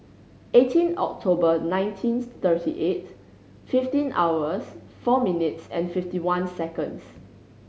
eighteen October nineteen thirty eight fifteen hours four minutes fifty one seconds